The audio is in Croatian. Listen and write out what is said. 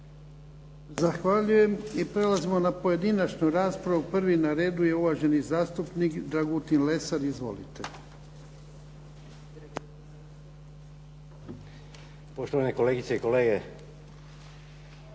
Zahvaljujem. I prelazimo na pojedinačnu raspravu. Prvi na redu je uvaženi zastupnik Dragutin Lesar. Izvolite. **Lesar, Dragutin